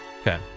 Okay